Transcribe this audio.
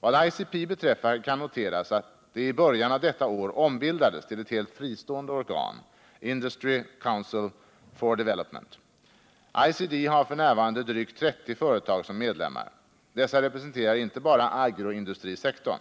Vad ICP beträffar kan noteras att det i början av detta år ombildades till ett helt fristående organ, Industry Council for Development. ICD har f. n. drygt 30 företag som medlemmar. Dessa representerar inte bara agroindustrisektorn.